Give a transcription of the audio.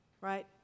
right